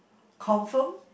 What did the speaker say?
confirm